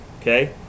Okay